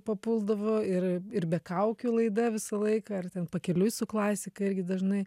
papuldavo ir ir be kaukių laida visą laiką ir ten pakeliui su klasika irgi dažnai